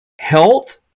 health